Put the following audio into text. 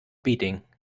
beating